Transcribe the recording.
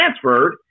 transferred